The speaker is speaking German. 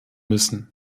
müssen